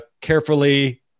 carefully